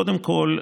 קודם כול,